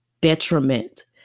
detriment